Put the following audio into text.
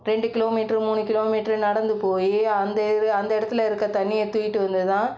ரெண்டு கிலோமீட்ரு மூணு கிலோமீட்ரு நடந்து போய் அந்த அந்த இடத்துல இருக்கற தண்ணியை தூக்கிகிட்டு வந்து தான்